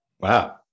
Wow